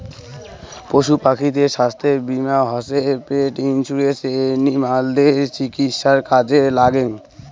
পশু পাখিদের ছাস্থ্য বীমা হসে পেট ইন্সুরেন্স এনিমালদের চিকিৎসায় কাজে লাগ্যাঙ